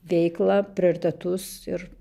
veiklą prioritetus ir